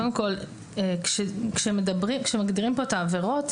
קודם כל, כאשר מגדירים כאן את העבירות,